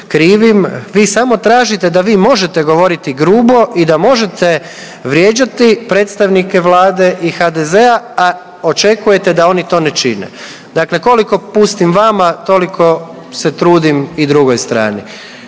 vi samo tražite da vi možete govoriti grubo i da možete vrijeđati predstavnike Vlade i HDZ-a, a očekujete da oni to ne čine. Dakle, koliko putim vama toliko se trudim i drugoj strani.